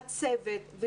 הצוות,